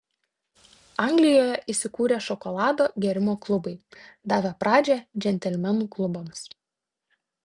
anglijoje įsikūrė šokolado gėrimo klubai davę pradžią džentelmenų klubams